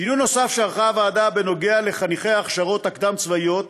שינוי נוסף שערכה הוועדה נוגע לחניכי ההכשרות הקדם-צבאיות